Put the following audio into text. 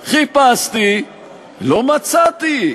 חיפשתי, חיפשתי, לא מצאתי.